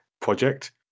project